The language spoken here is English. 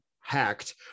hacked